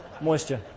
moisture